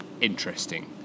interesting